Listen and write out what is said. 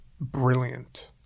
brilliant